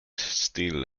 still